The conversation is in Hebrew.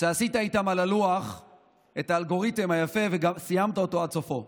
ושעשית איתם על הלוח את האלגוריתם היפה וסיימת אותו עד סופו.